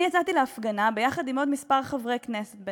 יצאתי להפגנה יחד עם עוד כמה חברי כנסת,